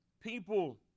people